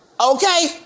Okay